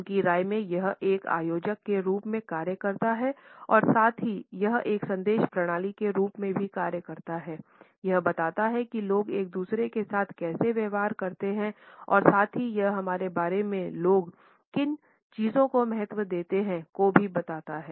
उनकी राय में यह एक आयोजक के रूप में कार्य करता है और साथ ही यह एक संदेश प्रणाली के रूप में भी कार्य करता है यह बताता है कि लोग एक दूसरे के साथ कैसा व्यवहार करते हैं और साथ ही यह हमारे बारे में लोग जिन चीजों को महत्व देते हैं को भी बताता है